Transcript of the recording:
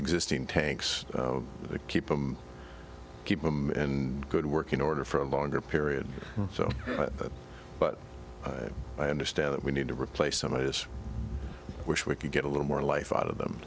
existing tanks to keep them keep them and good working order for a longer period so that but i understand that we need to replace some of this wish we could get a little more life out of them